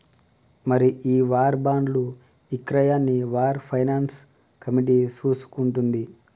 మరి ఈ వార్ బాండ్లు ఇక్రయాన్ని వార్ ఫైనాన్స్ కమిటీ చూసుకుంటుంది